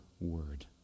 word